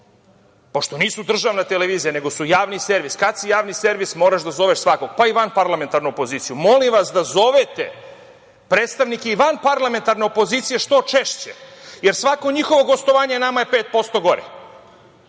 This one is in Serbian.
pošto nisu državna televizija, nego su Javni servis, kad si Javni servis moraš da zoveš svakog, pa i vanparlamentarnu opoziciju, molim vas da zovete predstavnike i vanparlamentarne opozicije što češće, jer svako njihovo gostovanje nama je 5% gore